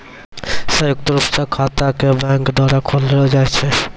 संयुक्त रूप स खाता क बैंक द्वारा खोललो जाय छै